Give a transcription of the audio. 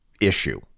issue